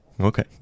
Okay